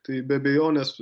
tai be abejonės